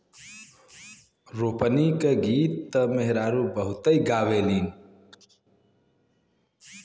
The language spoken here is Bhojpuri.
रोपनी क गीत त मेहरारू बहुते गावेलीन